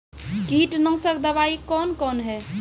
कीटनासक दवाई कौन कौन हैं?